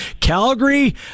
Calgary